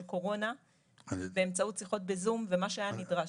קורונה באמצעות שיחות בזום ומה שהיה נדרש.